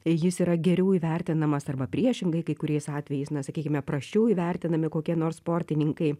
jis yra geriau įvertinamas arba priešingai kai kuriais atvejais na sakykime prasčiau įvertinami kokie nors sportininkai